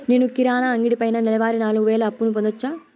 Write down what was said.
నేను కిరాణా అంగడి పైన నెలవారి నాలుగు వేలు అప్పును పొందొచ్చా?